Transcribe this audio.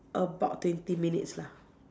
about twenty minutes lah